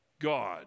God